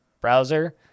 browser